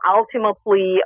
ultimately